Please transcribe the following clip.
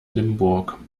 limburg